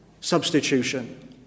substitution